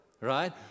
right